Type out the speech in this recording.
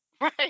Right